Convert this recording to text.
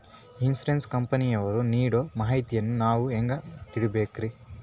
Insurance ಕಂಪನಿಯವರು ನೀಡೋ ಮಾಹಿತಿಯನ್ನು ನಾವು ಹೆಂಗಾ ತಿಳಿಬೇಕ್ರಿ?